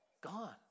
gone